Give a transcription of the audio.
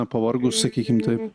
pavargus sakykim taip